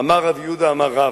"אמר ר' יהודה אמר רב,